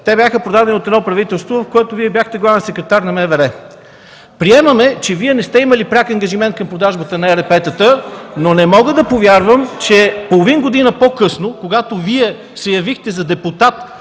те бяха продадени от правителство, в което Вие бяхте главен секретар на МВР. (Реплики и възгласи от ГЕРБ.) Приемаме, че Вие не сте имали пряк ангажимент към продажбата на ЕРП-тата, но не мога да повярвам, че половин година по-късно, когато Вие се явихте за депутат